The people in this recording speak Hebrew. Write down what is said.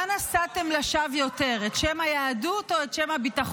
את שם היהדות או את שם הביטחון?